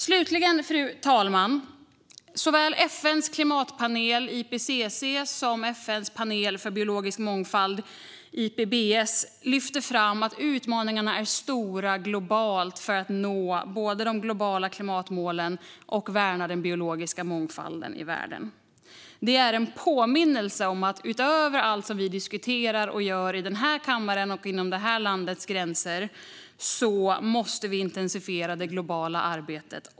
Slutligen, fru talman: Såväl FN:s klimatpanel, IPCC, som FN:s panel för biologisk mångfald, IPBES, lyfter fram att utmaningarna är stora globalt för att nå de globala klimatmålen och värna den biologiska mångfalden i världen. Det är en påminnelse om att vi utöver allt som vi diskuterar och gör i denna kammare och inom detta lands gränser också måste intensifiera det globala arbetet.